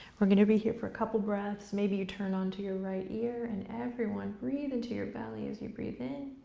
we're gonna be here for a couple breaths, maybe you turn onto your right ear. and everyone breath into your belly as you breath in